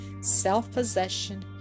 self-possession